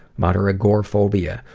but her agoraphobia,